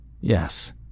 Yes